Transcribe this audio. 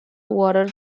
water